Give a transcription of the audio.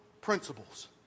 principles